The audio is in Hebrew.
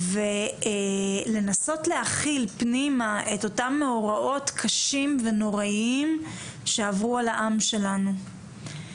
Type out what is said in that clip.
ולנסות להכיל פנימה את אותם מאורעות קשים ונוראיים שעברו על העם שלנו.